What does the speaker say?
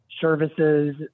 services